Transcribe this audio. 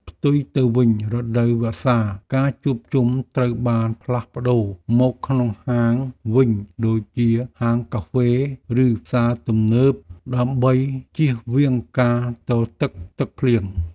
ផ្ទុយទៅវិញរដូវវស្សាការជួបជុំត្រូវបានផ្លាស់ប្តូរមកក្នុងហាងវិញដូចជាហាងកាហ្វេ ឬផ្សារទំនើបដើម្បីជៀសវាងការទទឹកទឹកភ្លៀង។